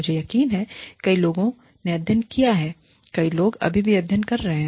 मुझे यकीन है कई लोगों ने अध्ययन किया है कई लोग अभी भी अध्ययन कर रहे हैं